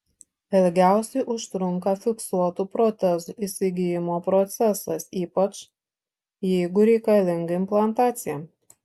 ilgiausiai užtrunka fiksuotų protezų įsigijimo procesas ypač jeigu reikalinga implantacija